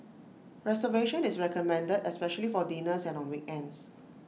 reservation is recommended especially for dinners and on weekends